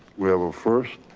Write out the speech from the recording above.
we have a first.